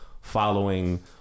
following